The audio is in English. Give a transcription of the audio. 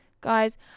guys